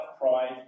pride